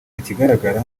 ikigaragara